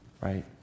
right